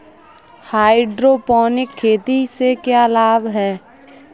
Hydroponic खेती से क्या लाभ हैं?